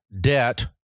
debt